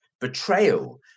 betrayal